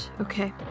okay